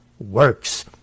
works